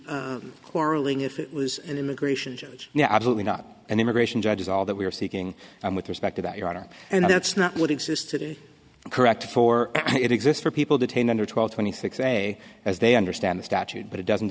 if it was an immigration judge now absolutely not an immigration judge is all that we are seeking and with respect to that your honor and that's not what exists today correct for it exists for people detained under twelve twenty six a as they understand the statute but it doesn't